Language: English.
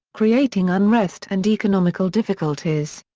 creating unrest and economical difficulties.